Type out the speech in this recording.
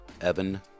Evan